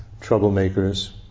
troublemakers